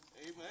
Amen